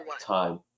time